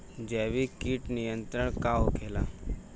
जैविक कीट नियंत्रण का होखेला?